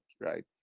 right